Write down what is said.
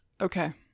Okay